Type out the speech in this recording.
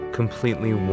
completely